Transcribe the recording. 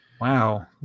Wow